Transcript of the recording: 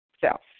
self